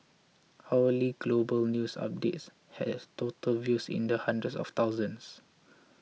hourly global news updates had total views in the hundreds of thousands